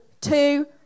two